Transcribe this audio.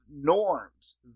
norms